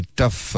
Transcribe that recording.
tough